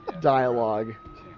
dialogue